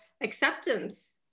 acceptance